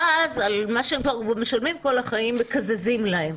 ואז, על מה שהם משלמים כול החיים מקזזים להם.